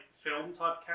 film-type